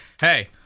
hey